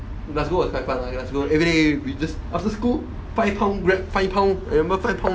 glasgow was quite fun lah glasgow everyday we just after school five pound grab five pound remember five pound